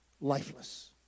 lifeless